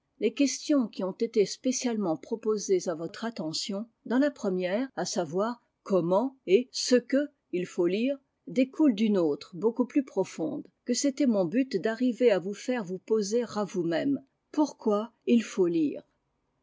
e j ettrt'r comme la fom x note du mm dans la première à savoir comment et ce que il faut lire découlent d'une autre beaucoup plus profonde que c'était mon but d'arriver à vous faire vous poser à vous-mêmes pourquoi il faut